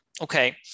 Okay